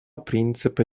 принципа